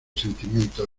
sentimientos